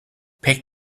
pek